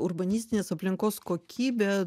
urbanistinės aplinkos kokybė